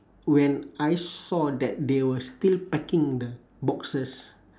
when I saw that they were still packing the boxes